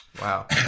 Wow